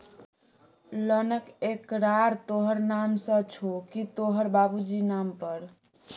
लोनक एकरार तोहर नाम सँ छौ की तोहर बाबुजीक नाम पर